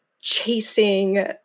chasing